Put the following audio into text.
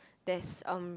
there's um